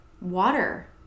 water